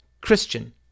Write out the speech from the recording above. Christian